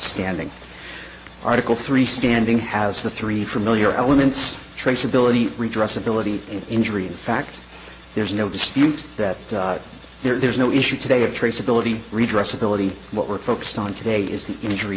standing article three standing has the three familiar elements traceability redress ability and injury in fact there's no dispute that there's no issue today traceability redress ability what we're focused on today is the injury